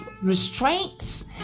restraints